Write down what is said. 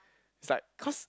it's like cause